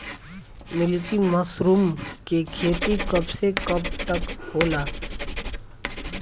Milky mushroom के खेती कब से कब तक होला?